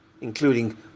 including